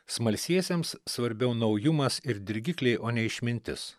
smalsiesiems svarbiau naujumas ir dirgikliai o ne išmintis